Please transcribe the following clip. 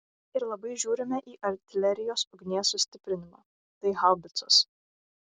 ir labai žiūrime į artilerijos ugnies sustiprinimą tai haubicos